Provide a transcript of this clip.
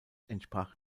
entsprach